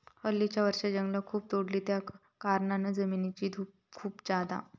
हल्लीच्या वर्षांत जंगला खूप तोडली त्याकारणान जमिनीची धूप खूप जाता